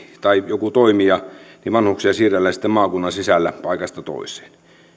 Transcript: tai joku toimija niin vanhuksia siirrellään maakunnan sisällä paikasta toiseen